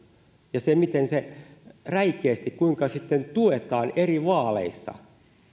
ja miten räikeästi sitten tuetaankaan eri vaaleissa